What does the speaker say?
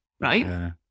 right